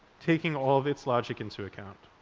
taking all of its logic into account.